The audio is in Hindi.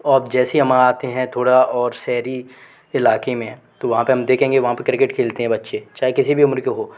अब जैसे ही मैं आपके साथ थोड़ा शहरी इलाक़े में तो हम वहाँ पर हम देखेंगे वहाँ पर क्रिकेट खेलते हैं बच्चे चाहे किसी भी उम्र के हों